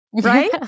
right